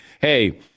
Hey